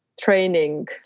training